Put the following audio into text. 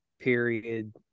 period